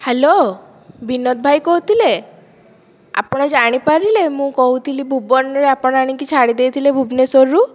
hello Binod ଭାଇ କହୁଥିଲେ ଆପଣ ଜାଣିପାରିଲେ ମୁଁ କହୁଥିଲି ଭୁବନରେ ଆପଣ ଆଣିକି ଛାଡ଼ି ଦେଇଥିଲେ ଭୁବନେଶ୍ୱରରୁ